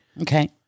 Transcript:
Okay